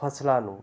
ਫਸਲਾਂ ਨੂੰ